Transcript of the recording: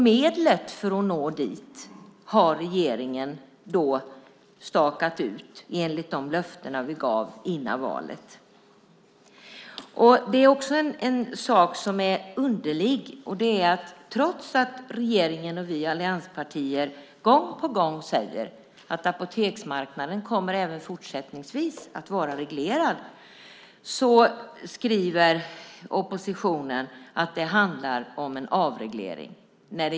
Medlet för att nå dit har regeringen stakat ut enligt de löften som gavs innan valet. Det finns en sak som är underlig. Trots att regeringen och vi i allianspartierna gång på gång säger att apoteksmarknaden även fortsättningsvis kommer att vara reglerad skriver oppositionen att det handlar om en avreglering.